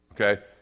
Okay